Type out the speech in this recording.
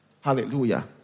Hallelujah